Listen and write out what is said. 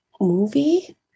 movie